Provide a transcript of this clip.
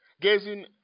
gazing